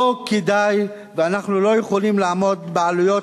לא כדאי ואנחנו לא יכולים לעמוד בעלויות